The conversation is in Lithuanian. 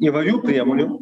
įvairių priemonių